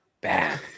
bad